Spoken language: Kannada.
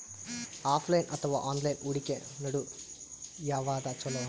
ಆಫಲೈನ ಅಥವಾ ಆನ್ಲೈನ್ ಹೂಡಿಕೆ ನಡು ಯವಾದ ಛೊಲೊ?